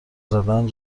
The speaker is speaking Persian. زدن